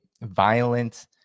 violent